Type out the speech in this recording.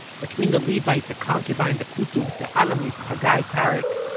between the levite, the concubine, the qutobs, the alamis, hagai, tareq,